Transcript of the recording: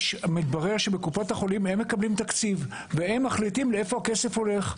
מתברר שקופות החולים מקבלות תקציב והן מחליטות לאן הכסף הולך.